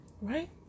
right